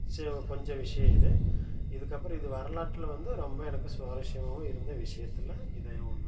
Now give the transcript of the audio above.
சே கொஞ்சம் விஷயோம் இது இதுக்கப்பறோம் இது வரலாற்றில் வந்து ரொம்ப எனக்கு சுவாரஷ்யமாக இருந்த விஷயத்துல இது ஒன்று